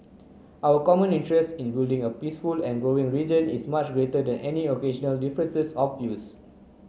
our common interest in building a peaceful and growing region is much greater than any occasional differences of views